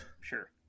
sure